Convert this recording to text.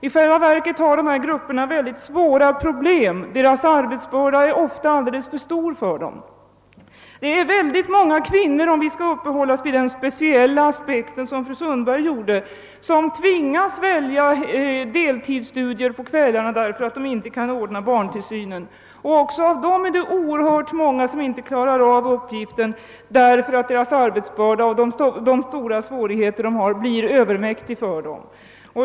I själva verket har dessa grupper mycket svåra problem — deras arbetsbörda är ofta alldeles för stor för dem. Det är många kvinnor — om vi skall uppehålla oss vid den speciella aspekt som fru Sundberg anlade — som tvingas välja deltidsstudier på kvällarna därför att de inte kan ordna barntillsynen. Och också bland dessa är det många som inte klarar av uppgiften därför att deras arbetsbörda och de svårigheter de har blir dem övermäktiga.